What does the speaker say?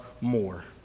more